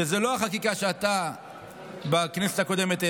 שזו לא החקיקה שאתה העברת בכנסת הקודמת,